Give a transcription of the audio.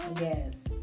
Yes